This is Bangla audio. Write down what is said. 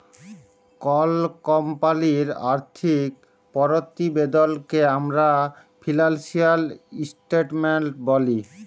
কল কমপালির আথ্থিক পরতিবেদলকে আমরা ফিলালসিয়াল ইসটেটমেলট ব্যলি